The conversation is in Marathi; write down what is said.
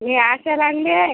मी आशा लांडगे आहे